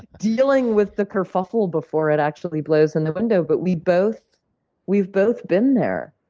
dealing with the kerfuffle before it actually blows in the window. but we've both we've both been there,